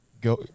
go